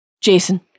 Jason